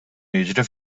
jiġri